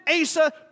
Asa